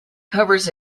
covers